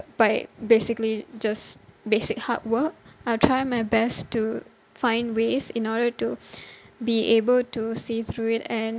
by basically just basic hard work I'll try my best to find ways in order to be able to see through it and